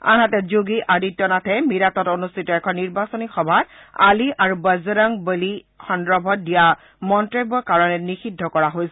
আনহাতে যোগী আদিত্য নাথে মিৰাটত অনুষ্ঠিত এখন নিৰ্বাচনী সভাত আলী আৰু বজৰংগ বলী সন্দৰ্ভত দিয়া মন্তব্যৰ কাৰণে নিষিদ্ধ কৰা হৈছে